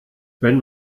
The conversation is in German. wenn